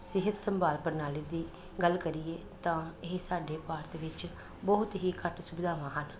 ਸਿਹਤ ਸੰਭਾਲ ਪ੍ਰਣਾਲੀ ਦੀ ਗੱਲ ਕਰੀਏ ਤਾਂ ਇਹ ਸਾਡੇ ਭਾਰਤ ਵਿੱਚ ਬਹੁਤ ਹੀ ਘੱਟ ਸੁਵਿਧਾਵਾਂ ਹਨ